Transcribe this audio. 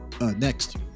Next